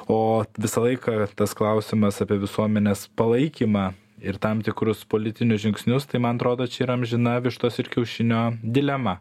o visą laiką tas klausimas apie visuomenės palaikymą ir tam tikrus politinius žingsnius tai man atrodo čia yra amžina vištos ir kiaušinio dilema